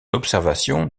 observation